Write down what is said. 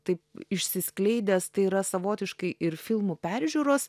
taip išsiskleidęs tai yra savotiškai ir filmų peržiūros